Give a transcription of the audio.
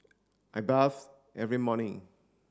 I bath every morning